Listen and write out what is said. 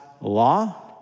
law